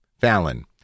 Fallon